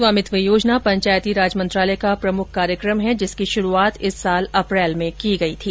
स्वामित्व योजना पंचायती राज मंत्रालय का प्रमुख कार्यक्रम है जिसकी शुरूआत इस वर्ष अप्रैल में की गई थी